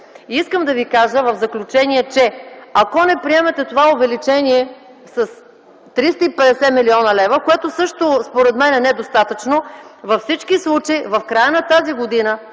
искам да ви кажа, че, ако не приемете това увеличение с 350 млн. лв., което според мен също е недостатъчно, във всички случаи в края на тази година,